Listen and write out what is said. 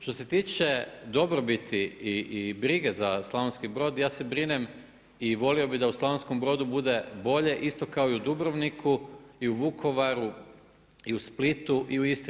Što se tiče dobrobiti i brige za Slavonski Brod ja se brinem i volio bih da u Slavonskom Brodu bude bolje isto kao i u Dubrovniku i u Vukovaru i u Splitu i u Istri.